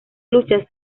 luchas